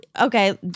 Okay